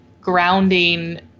grounding